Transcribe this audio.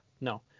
no